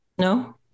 No